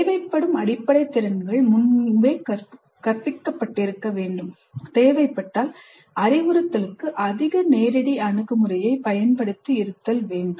தேவைப்படும் அடிப்படை திறன்கள் முன்பே கற்பிக்கப்பட்டிருக்க வேண்டும் தேவைப்பட்டால் அறிவுறுத்தலுக்கு அதிக நேரடி அணுகுமுறையைப் பயன்படுத்தி இருத்தல் வேண்டும்